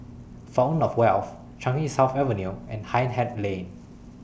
Fountain of Wealth Changi South Avenue and Hindhede Lane